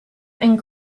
and